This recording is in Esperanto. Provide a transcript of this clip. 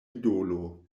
idolo